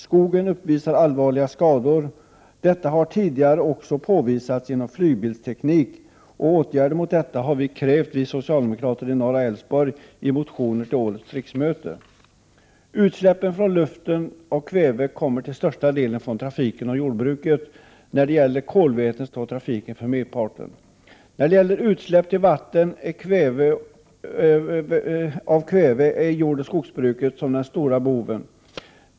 Skogen uppvisar allvarliga skador, vilket tidigare också har påvisats genom flygbildsteknik. Vi socialdemokrater i norra Älvsborg har krävt åtgärder mot detta i en motion till årets riksmöte. Utsläppen till luften av kväve kommer till största delen från trafiken och jordbruket, och beträffande kolväten står trafiken för medparten. När det gäller utsläpp till vatten av kväve är det jordoch skogsbruket som är den stora boven.